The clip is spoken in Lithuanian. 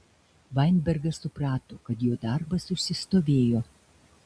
vainbergas suprato kad jo darbas užsistovėjo